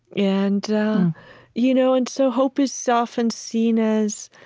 and you know and so hope is so often seen as